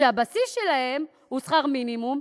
כשהבסיס שלהם הוא שכר מינימום,